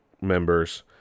members